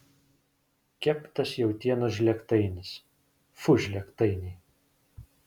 keptas jautienos žlėgtainis fu žlėgtainiai